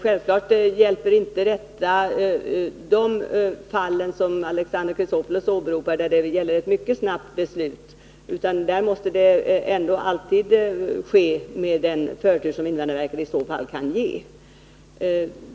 Självklart hjälper inte detta i de fall som Alexander Chrisopoulos åberopade, där det gäller mycket snabba beslut. Där måste det ändå alltid vara fråga om den förtur som invandrarverket i så fall kan ge.